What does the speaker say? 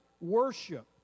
worship